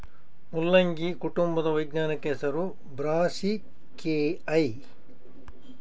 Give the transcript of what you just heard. ಮುಲ್ಲಂಗಿ ಕುಟುಂಬದ ವೈಜ್ಞಾನಿಕ ಹೆಸರು ಬ್ರಾಸಿಕೆಐ